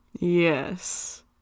Yes